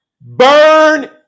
Burn